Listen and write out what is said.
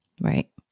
Right